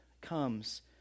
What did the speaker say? comes